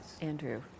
Andrew